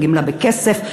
גמלה בכסף,